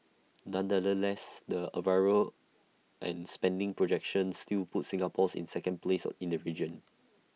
nonetheless the arrivals and spending projections still put Singapore in second place in the region